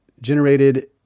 generated